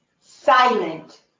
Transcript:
Silent